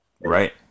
right